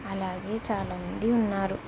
అలాగే చాలామంది ఉన్నారు